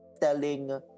telling